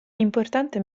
importante